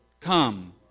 come